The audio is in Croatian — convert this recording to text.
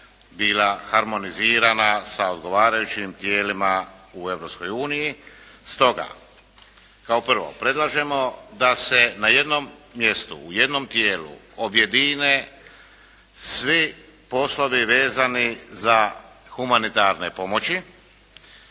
bila harmonizirana sa odgovarajućim tijelima u Europskoj uniji. Stoga kao prvo, predlažemo da se na jednom mjestu u jednom tijelu objedine svi poslovi vezani za humanitarne pomoći,